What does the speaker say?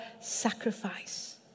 sacrifice